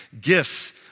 gifts